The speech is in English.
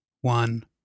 one